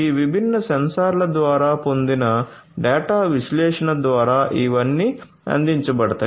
ఈ విభిన్న సెన్సార్ల ద్వారా పొందిన డేటా విశ్లేషణ ద్వారా ఇవన్నీ అందించబడతాయి